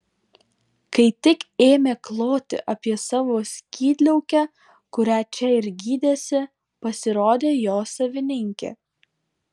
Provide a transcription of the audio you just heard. kai tik ėmė kloti apie savo skydliaukę kurią čia ir gydėsi pasirodė jo savininkė